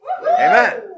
Amen